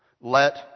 Let